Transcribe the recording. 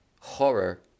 horror